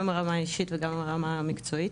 גם ברמה האישית וגם ברמה המקצועית.